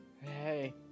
hey